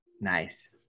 Nice